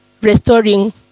restoring